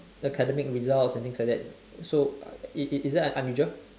academic results and things like that so is is is that unusual